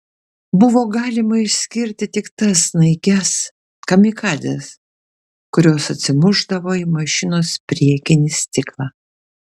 buvo galima išskirti tik tas snaiges kamikadzes kurios atsimušdavo į mašinos priekinį stiklą